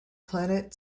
planet